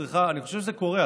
אני חושב שזה קורה.